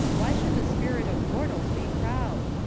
why should the spirit of mortals be proud?